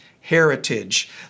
heritage